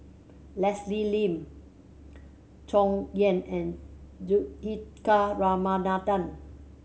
Leslie Lim Chong Yah and Juthika Ramanathan